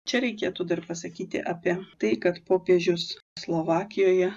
čia reikėtų dar pasakyti apie tai kad popiežius slovakijoje